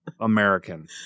American